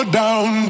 down